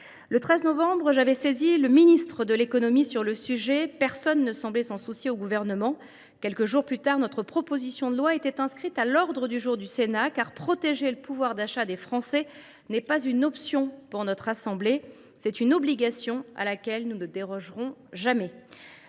Le 13 novembre dernier, j’avais saisi le ministre de l’économie sur le sujet, mais personne au Gouvernement ne semblait s’en soucier. Quelques jours plus tard, notre proposition de loi était inscrite à l’ordre du jour du Sénat, car protéger le pouvoir d’achat des Français n’est pas une option pour notre assemblée : c’est une obligation à laquelle nous ne dérogerons jamais.